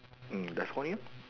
eh there's one here